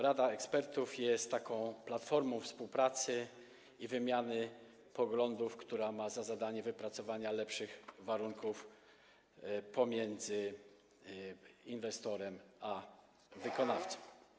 Rada ekspertów jest taką platformą współpracy i wymiany poglądów, która ma za zadanie wypracowanie lepszych warunków w relacjach pomiędzy inwestorem a wykonawcą.